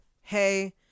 hey